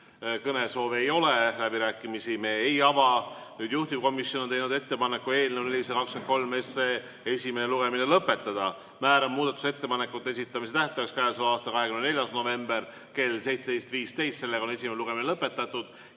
Kõnesoove ei ole, läbirääkimisi me ei ava. Juhtivkomisjon on teinud ettepaneku eelnõu 423 esimene lugemine lõpetada. Määran muudatusettepanekute esitamise tähtajaks k.a 24. novembri kell 17.15. Esimene lugemine on lõpetatud